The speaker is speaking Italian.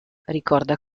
ricorda